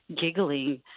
giggling